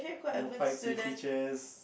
no fights with teachers